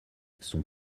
sont